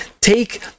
take